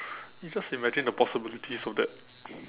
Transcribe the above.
you just imagine the possibilities of that